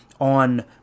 on